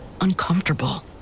uncomfortable